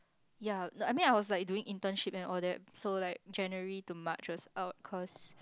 ya no I mean I was like doing internship and all that so like January to March was out cause